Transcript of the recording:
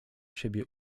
siebie